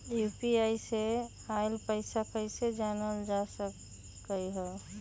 UPI से आईल पैसा कईसे जानल जा सकहु?